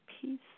peace